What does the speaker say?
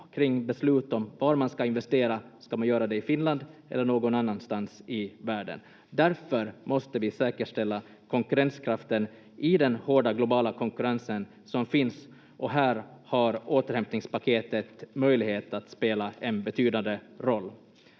kring beslut om var man ska investera: ska man göra det i Finland eller någon annanstans i världen. Därför måste vi säkerställa konkurrenskraften i den hårda globala konkurrensen som finns, och här har återhämtningspaketet möjlighet att spela en betydande roll.